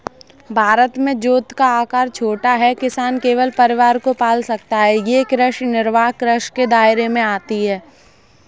भारत में जोत का आकर छोटा है, किसान केवल परिवार को पाल सकता है ये कृषि निर्वाह कृषि के दायरे में आती है